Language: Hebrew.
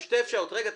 יש שתי אפשרויות רגע,